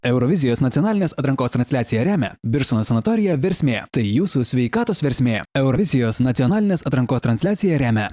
eurovizijos nacionalinės atrankos transliaciją remia birštono sanatorija versmė tai jūsų sveikatos versmė eurovizijos nacionalinės atrankos transliaciją remia